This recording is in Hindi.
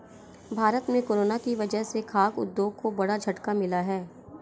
भारत में कोरोना की वजह से खाघ उद्योग को बड़ा झटका मिला है